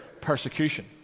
persecution